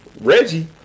Reggie